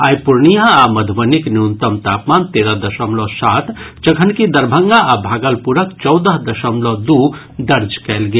आइ पूर्णिया आ मधुबनीक न्यूनतम तापमान तेरह दशमलव सात जखनिक दरभंगा आ भागलपुरक चौदह दशमलव दू दर्ज कयल गेल